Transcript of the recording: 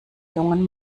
lungen